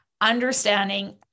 understanding